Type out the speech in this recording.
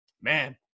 Man